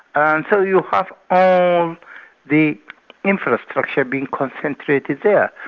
and so you have all the infrastructure being concentrated there.